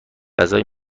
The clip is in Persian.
غذای